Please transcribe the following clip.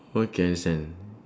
okay understand